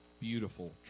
beautiful